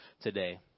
today